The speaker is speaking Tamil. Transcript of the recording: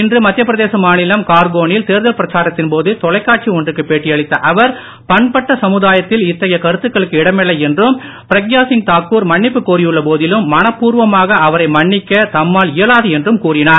இன்று மத்தியப்பிரதேச மாநிலம் கார்கோ னில் தேர்தல் பிரச்சாரத்தின் போது தொலைக்காட்சி ஒன்றுக்கு பேட்டியளித்த அவர் பண்பட்ட சமுதாயத்தில் இத்தகைய கருத்துக்களுக்கு இடமில்லை என்றும் பிராக்யாசிங் தாக்கூர் மன்னிப்பு கோரியுள்ள போதிலும் மனப்பூர்வமாக அவரை மன்னிக்க தம்மால் இயலாது என்றும் கூறினார்